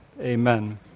amen